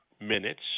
Minutes